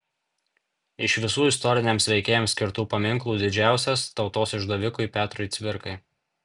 iš visų istoriniams veikėjams skirtų paminklų didžiausias tautos išdavikui petrui cvirkai